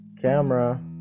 camera